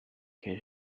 can